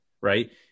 right